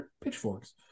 pitchforks